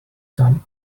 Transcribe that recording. some